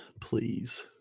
please